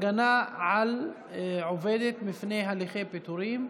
הגנה על עובדת מפני הליכי פיטורים),